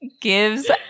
gives